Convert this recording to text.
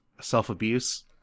self-abuse